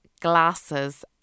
glasses